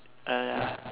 uh ya